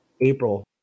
April